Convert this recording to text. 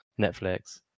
Netflix